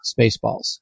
Spaceballs